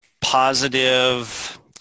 positive